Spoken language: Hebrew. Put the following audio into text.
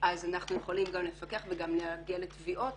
אז אנחנו יכולים גם לפקח וגם להגיע לתביעות.